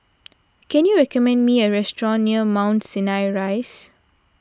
can you recommend me a restaurant near Mount Sinai Rise